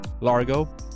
largo